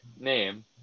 name